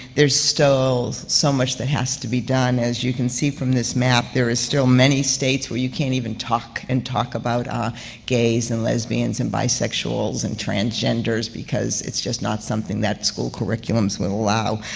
there's still so much that has to be done. as you can see from this map, there are still many states where you can't even talk and talk about ah gays and lesbians and bisexuals and transgenders, because it's just not something that school curriculums will allow.